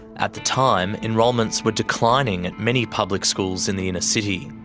at the time, enrolments were declining at many public schools in the inner city.